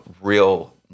real